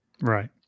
Right